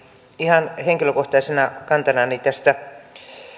ihan henkilökohtaisena kantana